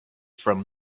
from